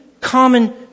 common